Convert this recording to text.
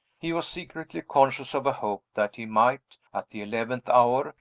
he was secretly conscious of a hope that he might, at the eleventh hour,